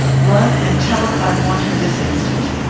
run, and tell her i want her this instant.